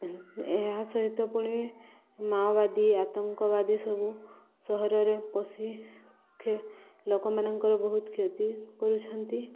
ଏହା ସହିତ ପୁଣି ମାଓବାଦୀ ଆତଙ୍କବାଦୀ ସବୁ ସହରରେ ପଶି କ୍ଷ ଲୋକମାନଙ୍କର ବହୁତ କ୍ଷତି କରୁଛନ୍ତି